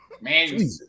man